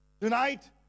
Tonight